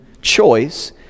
choice